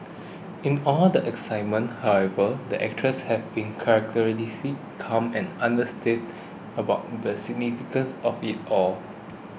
in all the excitement however the actress have been characteristically calm and understated about the significance of it all